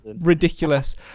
Ridiculous